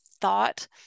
thought